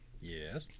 Yes